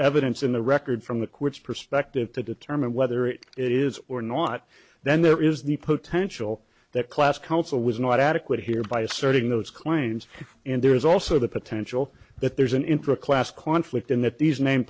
evidence in the record from the courts perspective to determine whether it is or not then there is the potential that class council was not adequate here by asserting those claims and there's also the potential that there's an intricate last conflict in that these name